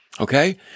Okay